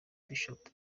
bishop